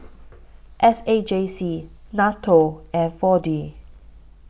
S A J C N A T O and four D